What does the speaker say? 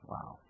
Wow